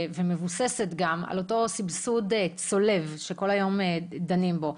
ומבוססת גם על אותו סבסוד צולב שכל היום דנים בו.